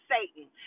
Satan